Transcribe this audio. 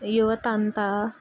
యువత అంత